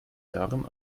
jahren